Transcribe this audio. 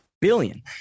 billion